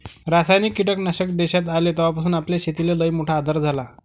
रासायनिक कीटकनाशक देशात आले तवापासून आपल्या शेतीले लईमोठा आधार झाला